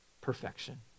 perfection